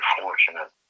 fortunate